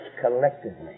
collectively